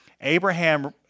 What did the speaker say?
Abraham